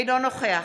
אינו נוכח